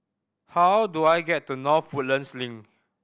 how do I get to North Woodlands Link